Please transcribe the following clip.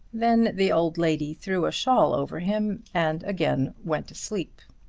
then the old lady threw a shawl over him and again went to sleep.